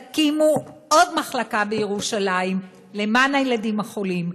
תקימו עוד מחלקה בירושלים למען הילדים החולים,